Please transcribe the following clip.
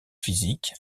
physique